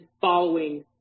following